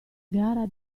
gara